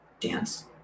dance